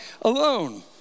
alone